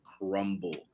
crumble